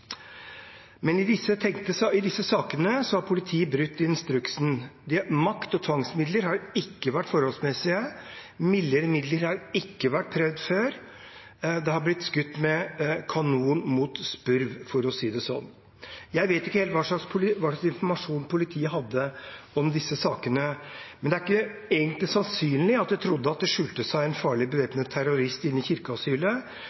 I disse sakene har politiet brutt instruksen. Makt og tvangsmidler har ikke vært forholdsmessige, mildere midler har ikke vært prøvd. Det er blitt skutt med kanon mot spurv, for å si det sånn. Jeg vet ikke hva slags informasjon politiet hadde om disse sakene, men det er ikke sannsynlig at de trodde det skjulte seg en farlig,